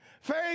Faith